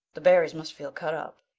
the barrys must feel cut up.